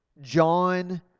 John